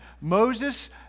Moses